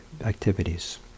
activities